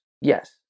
Yes